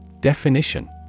Definition